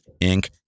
Inc